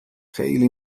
خیلی